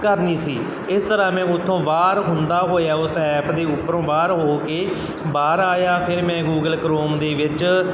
ਕਰਨੀ ਸੀ ਇਸ ਤਰ੍ਹਾਂ ਮੈਂ ਉੱਥੋਂ ਬਾਹਰ ਹੁੰਦਾ ਹੋਇਆ ਉਸ ਐਪ ਦੇ ਉੱਪਰੋਂ ਬਾਹਰ ਹੋ ਕੇ ਬਾਹਰ ਆਇਆ ਫਿਰ ਮੈਂ ਗੂਗਲ ਕਰੋਮ ਦੇ ਵਿੱਚ